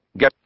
Get